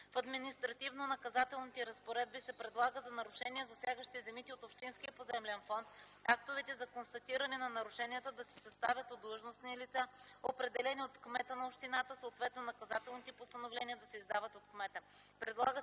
В административно наказателните разпоредби се предлага за нарушения, засягащи земите от общинския поземлен фонд, актовете за констатиране на нарушенията да се съставят от длъжностни лица, определени от кмета на общината, съответно наказателните постановления да се издават от кмета.